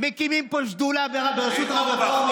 מקימים פה שדולה בראשות רב רפורמי,